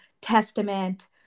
Testament